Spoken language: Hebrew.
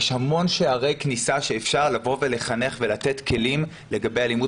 יש המון שערי כניסה שאפשר לבוא ולחנך ולתת כלים לגבי אלימות